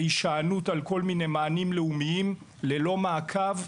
והשענות על כל מיני מענים לאומיים ללא מעקב,